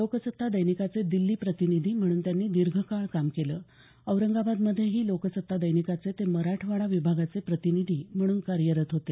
लोकसत्ता दैनिकाचे दिल्ली प्रतिनिधी म्हणून त्यांनी दीर्घकाळ काम केले औरंगाबादमध्येही लोकसत्ता दैनिकाचे ते मराठवाडा विभागाचे प्रतिनिधी म्हणून कार्यरत होते